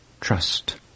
trust